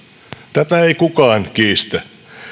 tätä ei kukaan kiistä